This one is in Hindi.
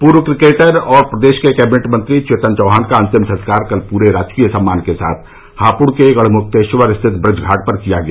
पूर्व किकेटर और प्रदेश के कैबिनेट मंत्री चेतन चौहान का अंतिम संस्कार कल पूरे राजकीय सम्मान के साथ हापुड़ के गढ़मुक्तेश्वर स्थित ब्रजघाट पर किया गया